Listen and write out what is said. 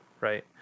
right